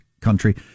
country